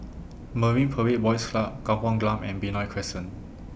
Marine Parade Boys Club Kampung Glam and Benoi Crescent